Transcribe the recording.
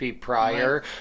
prior